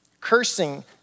Cursing